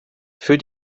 für